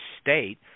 state